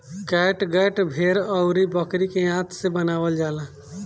catgut भेड़ अउरी बकरी के आंत से बनावल जाला